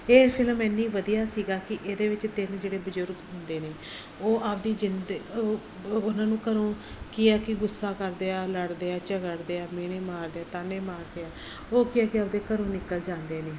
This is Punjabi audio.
ਇਹ ਫਿਲਮ ਇੰਨੀ ਵਧੀਆ ਸੀਗੀ ਕਿ ਇਹਦੇ ਵਿੱਚ ਤਿੰਨ ਜਿਹੜੇ ਬਜ਼ੁਰਗ ਹੁੰਦੇ ਨੇ ਉਹ ਆਪਦੀ ਜਿੰਦ ਉਹ ਉਹਨਾਂ ਨੂੰ ਘਰੋਂ ਕੀ ਹੈ ਕਿ ਗੁੱਸਾ ਕਰਦੇ ਆ ਲੜਦੇ ਆ ਝਗੜਦੇ ਆ ਮਿਹਣੇ ਮਾਰਦੇ ਆ ਤਾਹਨੇ ਮਾਰਦੇ ਆ ਉਹ ਕੀ ਆ ਕਿ ਆਪਦੇ ਘਰੋਂ ਨਿਕਲ ਜਾਂਦੇ ਨੇ